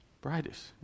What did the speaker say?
brightest